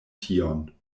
tion